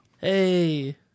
Hey